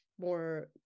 more